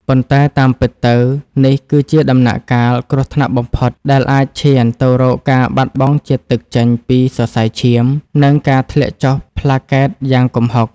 ប៉ុន្តែតាមពិតទៅ នេះគឺជាដំណាក់កាល គ្រោះថ្នាក់បំផុត ដែលអាចឈានទៅរកការបាត់បង់ជាតិទឹកចេញពីសរសៃឈាម និងការធ្លាក់ចុះប្លាកែតយ៉ាងគំហុក។